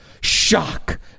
shock